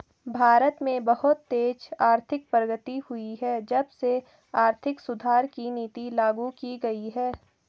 भारत में बहुत तेज आर्थिक प्रगति हुई है जब से आर्थिक सुधार की नीति लागू की गयी है